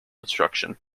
instruction